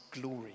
glory